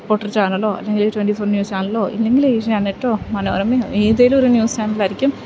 reporter ചാനലോ അല്ലെങ്കിൽ twenty four news ചാനലോ ഇല്ലെങ്കിൽ ഏഷ്യനെറ്റോ മനോരമയോ എതേലും ഒരു ന്യൂസ് ചാനലായിരിക്കും